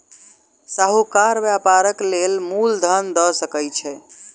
साहूकार व्यापारक लेल मूल धन दअ सकै छै